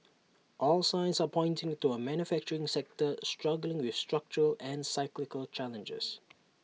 all signs are pointing to A manufacturing sector struggling with structural and cyclical challenges